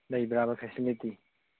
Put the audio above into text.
ꯂꯩꯕ꯭ꯔꯥꯕ facility